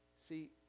See